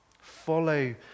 Follow